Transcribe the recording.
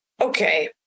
Okay